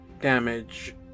damage